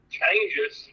changes